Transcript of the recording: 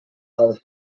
always